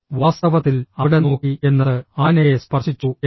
വാസ്തവത്തിൽ അവിടെ നോക്കി എന്നത് ആനയെ സ്പർശിച്ചു എന്നാണ്